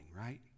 right